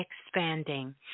expanding